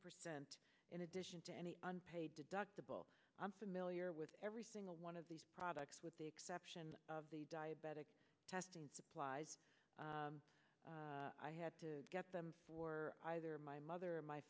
percent in addition to any unpaid deductible i'm familiar with every single one of these products with the exception of the diabetic testing supplies i had to get them for either my mother